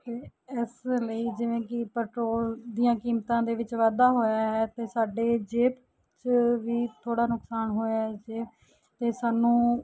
ਇਸ ਲਈ ਜਿਵੇਂ ਕਿ ਪੈਟਰੋਲ ਦੀਆਂ ਕੀਮਤਾਂ ਦੇ ਵਿੱਚ ਵਾਧਾ ਹੋਇਆ ਹੈ ਅਤੇ ਸਾਡੀ ਜੇਬ 'ਚ ਵੀ ਥੋੜ੍ਹਾ ਨੁਕਸਾਨ ਹੋਇਆ ਹੈ ਜੇਬ ਅਤੇ ਸਾਨੂੰ